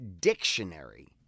dictionary